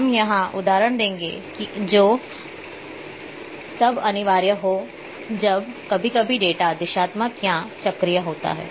हम यहां उदाहरण देखेंगे जो तब अनिवार्य हो जब कभी कभी डेटा दिशात्मक या चक्रीय होता है